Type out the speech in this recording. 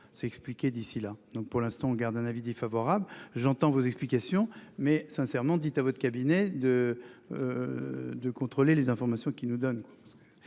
va s'expliquer. D'ici là donc pour l'instant, garde un avis défavorable. J'entends vos explications mais sincèrement dites à votre cabinet de. De contrôler les informations qui nous donne.